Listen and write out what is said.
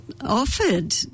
offered